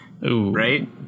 right